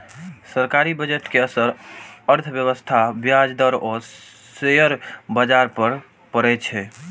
सरकारी बजट के असर अर्थव्यवस्था, ब्याज दर आ शेयर बाजार पर पड़ै छै